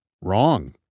Wrong